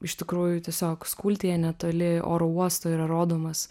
iš tikrųjų tiesiog skultėje netoli oro uosto yra rodomas